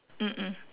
mm mm